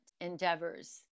endeavors